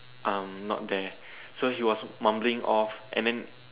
um not there so he was mumbling off and then